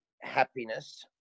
happiness